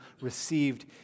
received